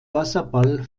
wasserball